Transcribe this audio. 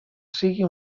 sigui